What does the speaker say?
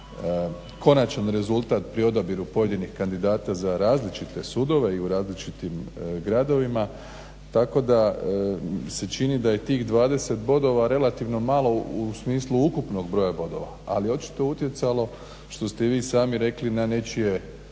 konačan rezultat pri odabiru pojedinih kandidata za različite sudova, i u različitim gradovima. Tako da se čini da je tih 20 bodova relativno malo u smislu ukupnog broja bodova, ali je očito utjecalo, što ste vi sami rekli, na nečije